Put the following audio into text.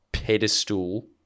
pedestal